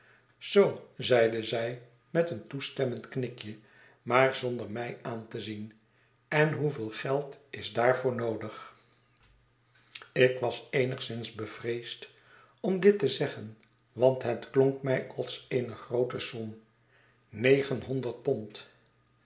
zoo zeide zij met een toestemmend knikje maar zonder mij aan te zien en hoeveel geld is daartoe noodig ik was eenigszins bevreesd om dit te zeggen want het klonk mij als eene groote som negenhonderd pond